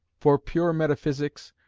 for pure metaphysics,